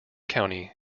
county